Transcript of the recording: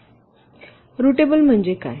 रूटबल म्हणजे काय